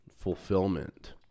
fulfillment